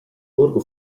borgo